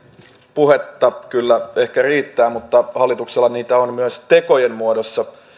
puhetta kyllä ehkä riittää mutta hallituksella niitä on myös tekojen muodossa